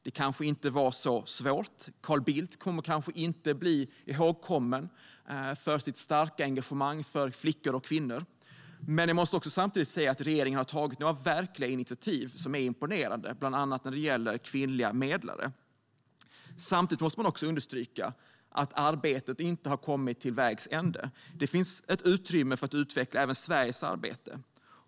Det kanske inte var så svårt; Carl Bildt kommer nog inte att bli ihågkommen för sitt starka engagemang för flickor och kvinnor. Men samtidigt måste man säga att regeringen har tagit några verkliga initiativ som är imponerande, bland annat när det gäller kvinnliga medlare. Samtidigt måste man understryka att arbetet inte har kommit till vägs ände. Det finns utrymme för att utveckla även Sveriges arbete.